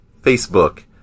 Facebook